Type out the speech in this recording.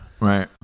Right